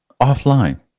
Offline